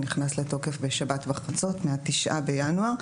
הוא נכנס לתוקף בשבת בחצות מה-9 בינואר,